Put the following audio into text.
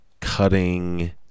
cutting